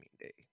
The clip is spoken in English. day